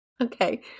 Okay